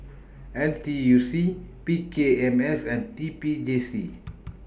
N T U C P K M S and T P J C